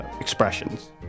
expressions